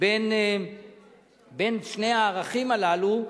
בין שני הערכים הללו,